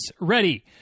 ready